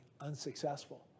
unsuccessful